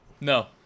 No